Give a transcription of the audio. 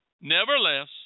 Nevertheless